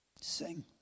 Sing